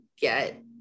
get